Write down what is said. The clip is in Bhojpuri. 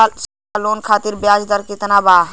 शिक्षा लोन खातिर ब्याज दर केतना बा?